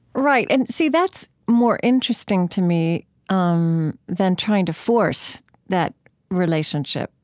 right. and, see, that's more interesting to me um than trying to force that relationship,